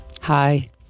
Hi